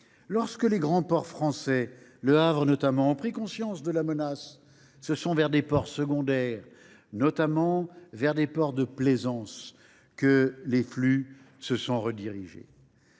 Lorsque les grands ports français, celui du Havre notamment, ont pris conscience de la menace, ce sont vers des ports secondaires, notamment des ports de plaisance, que les flux se sont redirigés.